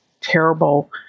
terrible